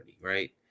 right